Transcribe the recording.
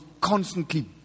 constantly